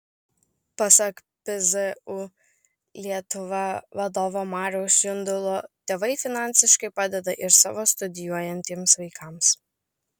pasak pzu lietuva vadovo mariaus jundulo tėvai finansiškai padeda ir savo studijuojantiems vaikams